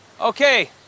Okay